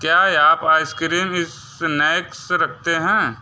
क्या आप ice cream snacks रखते हैं